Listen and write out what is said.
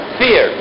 fear